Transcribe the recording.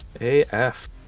AF